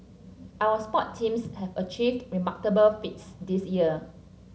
our sports teams have achieved remarkable feats this year